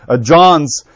John's